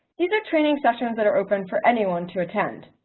these are training sessions that are open for anyone to attend.